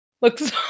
looks